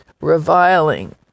reviling